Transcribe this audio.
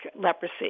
leprosy